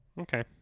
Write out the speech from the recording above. Okay